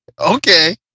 Okay